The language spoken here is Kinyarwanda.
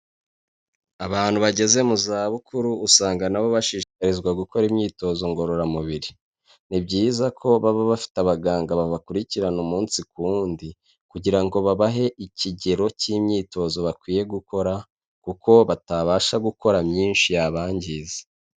Abantu bageze mu zabukuru usanga nabo bashishikarizwa gukora imyitozo ngororamubiri, ni byiza ko baba bafite abaganga babakurikirana umunsi ku wundi kugira ngo babahe ikigero cy'imyitozo bakwiye gukora kuko batabasha gukora myinshi yabangiza.